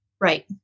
Right